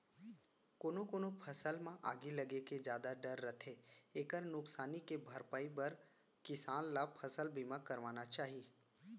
कोनो कोनो फसल म आगी लगे के जादा डर रथे एकर नुकसानी के भरपई बर किसान ल फसल बीमा करवाना चाही